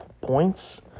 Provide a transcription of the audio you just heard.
points